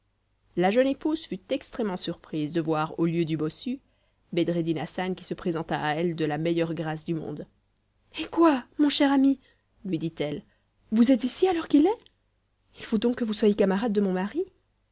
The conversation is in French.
la jeune épouse fut extrêmement surprise de voir au lieu du bossu bedreddin hassan qui se présenta à elle de la meilleure grâce du monde hé quoi mon cher ami lui dit-elle vous êtes ici à l'heure qu'il est il faut donc que vous soyez camarade de mon mari